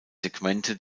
segmente